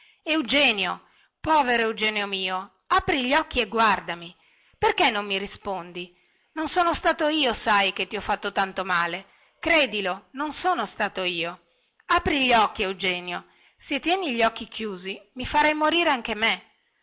eugenio povero eugenio mio apri gli occhi e guardami perché non mi rispondi non sono stato io sai che ti ho fatto tanto male credilo non sono stato io apri gli occhi eugenio se tieni gli occhi chiusi mi farai morire anche me